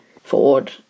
Ford